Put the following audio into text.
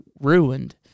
ruined